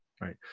Right